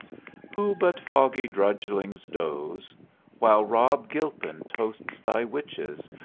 who but foggy drudglings doze while rob gilpin toasts thy witches,